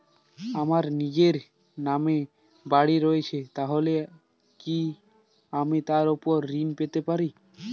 আমার নিজের নামে বাড়ী রয়েছে তাহলে কি আমি তার ওপর ঋণ পেতে পারি?